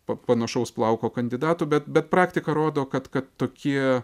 panašaus plauko kandidatų bet bet praktika rodo kad kad tokie